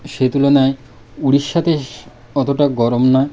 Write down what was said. সে তুলনায় উড়িষ্যাতে অতটা গরম নয়